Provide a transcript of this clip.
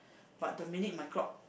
but terminate my clock